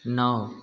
नौ